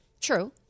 True